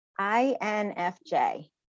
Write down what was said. INFJ